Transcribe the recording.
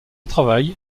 travail